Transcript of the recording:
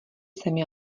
zemi